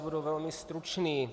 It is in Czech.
Budu velmi stručný.